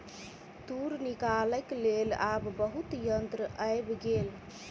तूर निकालैक लेल आब बहुत यंत्र आइब गेल